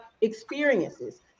experiences